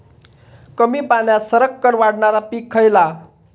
कमी पाण्यात सरक्कन वाढणारा पीक खयला?